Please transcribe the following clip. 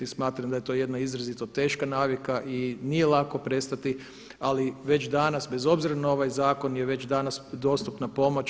Smatram da je to jedna izuzetno teška navika i nije lako prestati, ali već danas bez obzira na ovaj zakon je već danas dostupna pomoć.